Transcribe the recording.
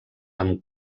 amb